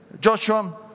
Joshua